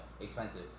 Expensive